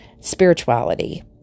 spirituality